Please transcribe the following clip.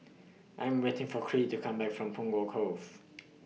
I Am waiting For Creed to Come Back from Punggol Cove